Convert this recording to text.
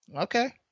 Okay